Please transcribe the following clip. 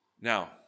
Now